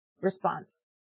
response